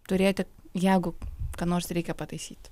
turėti jeigu ką nors reikia pataisyt